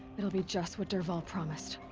it'll be just what dervahl promised.